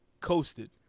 Coasted